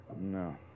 No